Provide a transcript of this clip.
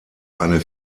eine